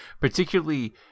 particularly